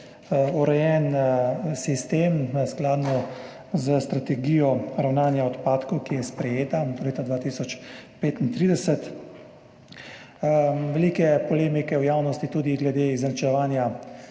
urejen sistem skladno s strategijo ravnanja odpadkov, ki je sprejeta do leta 2035. Veliko je polemik v javnosti tudi glede izenačevanja